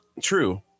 True